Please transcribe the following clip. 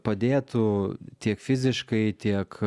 padėtų tiek fiziškai tiek